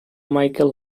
michael